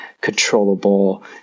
controllable